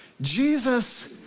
Jesus